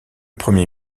premier